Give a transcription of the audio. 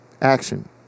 action